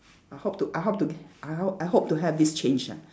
I hope to I hope to I ho~ I hope to have this change ah